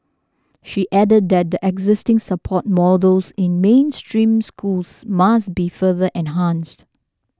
she added that the existing support models in mainstream schools must be further enhanced